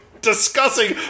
discussing